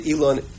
Elon